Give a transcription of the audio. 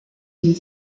une